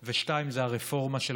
והשני זה הרפורמה של הפיקוח.